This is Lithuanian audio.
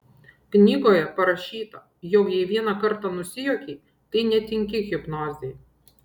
knygoje parašyta jog jei vieną kartą nusijuokei tai netinki hipnozei